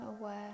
aware